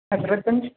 ऐं वरितनि